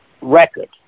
record